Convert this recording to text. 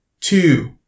two